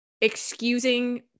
excusing